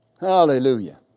Hallelujah